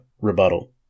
rebuttal